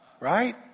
right